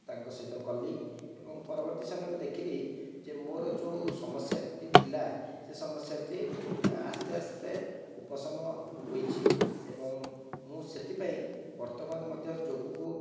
ତାଙ୍କ ସହିତ କଲି ଏବଂ ପରବର୍ତ୍ତୀ ସମୟରେ ଦେଖିଲି ଯେ ମୋର ଯେଉଁ ସମସ୍ୟାଟି ଥିଲା ସେ ସମସ୍ୟାଟି ଆସ୍ତେ ଆସ୍ତେ ଉପଶମ ହୋଇଛି ଏବଂ ମୁଁ ସେଥିପାଇଁ ବର୍ତ୍ତମାନ ମଧ୍ୟ ଯୋଗକୁ